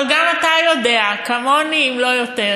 אבל גם אתה יודע, כמוני אם לא יותר,